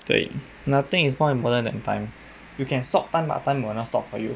对 nothing is more important than time you can stop time but time will not stop for you